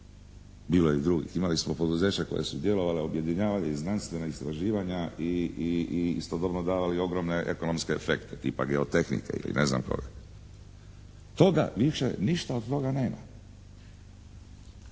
bilo je i drugih. Imali smo poduzeća koja su djelovala objedinjavanje i znanstvena istraživanja i istodobno davali ogromne ekonomske efekte, tipa Geotehnike ili ne znam koga. Toga više ništa od toga nema.